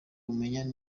umenya